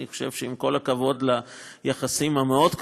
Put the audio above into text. אני חושב שעם כל הכבוד ליחסים המאוד-קרובים